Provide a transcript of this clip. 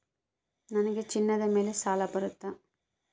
ನನಗೆ ಚಿನ್ನದ ಮೇಲೆ ಸಾಲ ಬರುತ್ತಾ?